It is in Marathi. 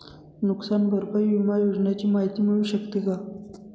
नुकसान भरपाई विमा योजनेची माहिती मिळू शकते का?